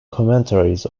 commentaries